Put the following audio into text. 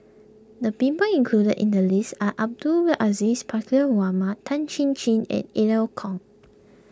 the people included in the list are Abdul Aziz Pakkeer Mohamed Tan Chin Chin and Eu Kong